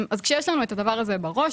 כשיש לנו את הדבר הזה בראש,